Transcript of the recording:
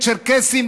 צ'רקסים,